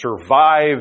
survive